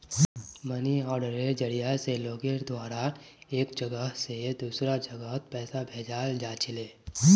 money आर्डरेर जरिया स लोगेर द्वारा एक जगह स दूसरा जगहत पैसा भेजाल जा छिले